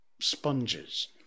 sponges